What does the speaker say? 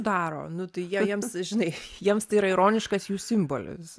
daro nu tai jie jiems žinai jiems tai yra ironiškas jų simbolis